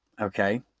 okay